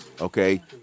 okay